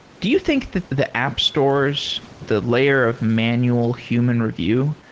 do you think the the app stores, the layer of manual human review,